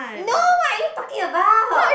no what are you talking about